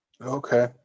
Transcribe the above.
Okay